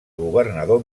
governador